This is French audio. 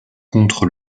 contre